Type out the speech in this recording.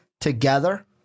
together